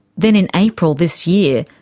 then in april this year,